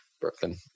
Brooklyn